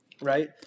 Right